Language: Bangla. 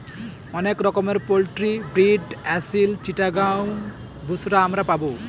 অনেক রকমের পোল্ট্রি ব্রিড আসিল, চিটাগাং, বুশরা আমরা পাবো